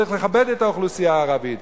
צריך לכבד את האוכלוסייה הערבית,